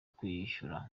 kwishyura